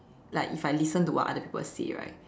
like if I listen to what other people say right